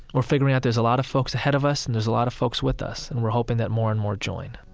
we're figuring out there's a lot of folks ahead of us, and there's a lot of folks with us, and we're hoping that more and more join